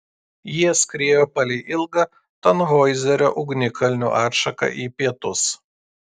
jie skriejo palei ilgą tanhoizerio ugnikalnių atšaką į pietus